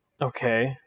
Okay